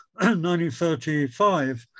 1935